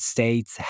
States